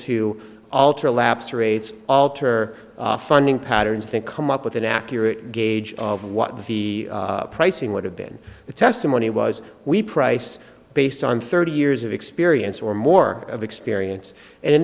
to alter a lapse rates alter funding patterns thing come up with an accurate gauge of what the pricing would have been the testimony was we price based on thirty years of experience or more of experience and in